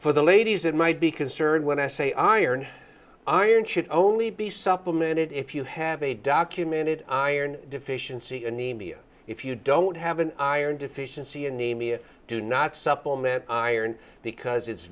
for the ladies that might be concerned when i say iron iron should only be supplemented if you have a documented iron deficiency anemia if you don't have an iron deficiency anemia do not supplement iron because it's